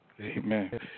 Amen